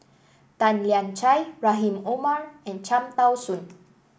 Tan Lian Chye Rahim Omar and Cham Tao Soon